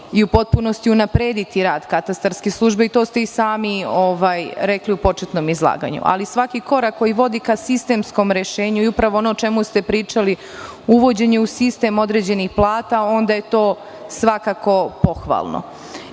i u potpunosti unaprediti rad katastarske službe. To ste i sami rekli u početnom izlaganju. Ali, svaki korak koji vodi ka sistemskom rešenju i upravo ono o čemu ste pričali, uvođenje u sistem određenih plata, onda je to svakako pohvalno. Bila